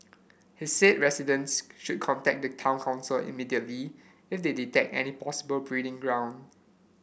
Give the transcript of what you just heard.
he said residents should contact the town council immediately if they detect any possible breeding ground